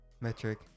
Metric